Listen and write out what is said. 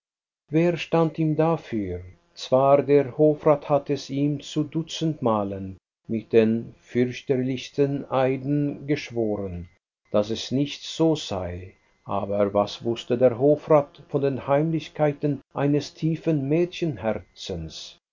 wer stand ihm dafür zwar der hofrat hatte es ihm zu dutzend malen mit den fürchterlichsten eiden geschworen daß es nicht so sei aber was wußte der hofrat von den heimlichkeiten eines tiefen